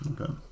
Okay